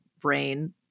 brain